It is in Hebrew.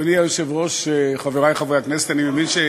אדוני היושב-ראש, חברי חברי הכנסת, אני מבין,